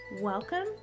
welcome